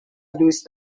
دوست